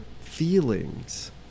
feelings